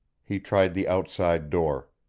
he tried the outside door.